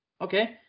Okay